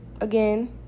again